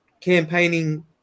campaigning